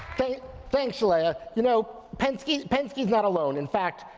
thanks, leah. you know, penske's penske's not a loan. in fact,